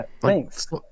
Thanks